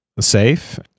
safe